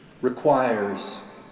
requires